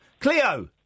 Cleo